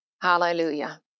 Hallelujah